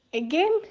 again